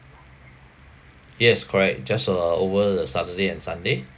yes correct just for over the saturday and sunday